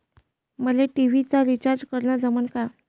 मले टी.व्ही चा रिचार्ज करन जमन का?